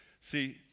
See